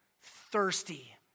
thirsty